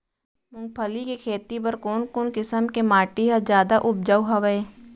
मूंगफली के खेती बर कोन कोन किसम के माटी ह जादा उपजाऊ हवये?